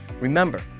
Remember